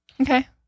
Okay